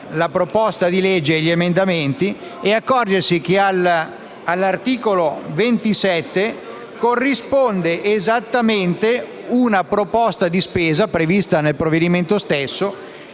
la proposta di legge e gli emendamenti e accorgersi che all'articolo 27 corrisponde esattamente una proposta di spesa, prevista nel provvedimento stesso.